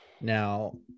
Now